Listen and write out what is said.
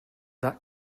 that